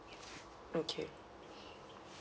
okay